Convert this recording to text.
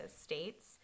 States